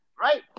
Right